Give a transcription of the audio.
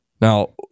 Now